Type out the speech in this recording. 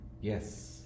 Yes